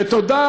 ותודה